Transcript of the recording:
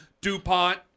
DuPont